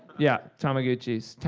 yeah, tamagotchis.